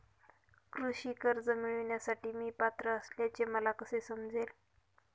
कृषी कर्ज मिळविण्यासाठी मी पात्र असल्याचे मला कसे समजेल?